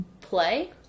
play